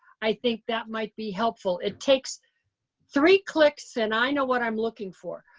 i think that might be helpful. it takes three clicks, and i know what i'm looking for.